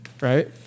Right